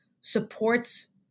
supports